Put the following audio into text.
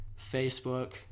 Facebook